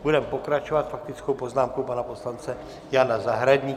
Budeme pokračovat faktickou poznámkou pana poslance Jana Zahradníka.